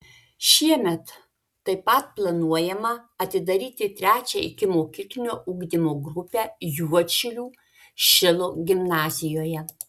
šiemet taip pat planuojama atidaryti trečią ikimokyklinio ugdymo grupę juodšilių šilo gimnazijoje